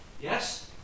Yes